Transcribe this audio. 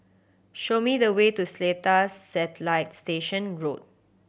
show me the way to Seletar Satellite Station Road